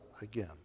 again